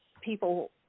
people